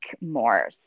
more